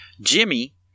Jimmy